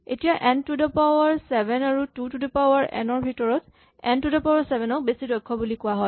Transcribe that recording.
এতিয়া n to the power seven আৰু two to the power n ৰ ভিতৰত n to the power seven ক বেছি দক্ষ বুলি কোৱা হয়